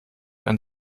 ein